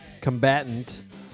combatant